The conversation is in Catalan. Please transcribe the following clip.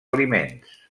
aliments